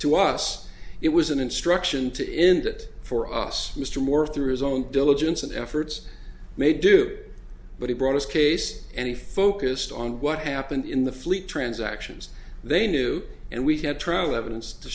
to us it was an instruction to in that for us mr moore through his own diligence and efforts may do but he brought his case and he focused on what happened in the fleet transactions they knew and we had trouble evidence to